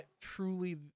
truly